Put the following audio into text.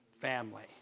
family